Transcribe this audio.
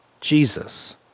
Jesus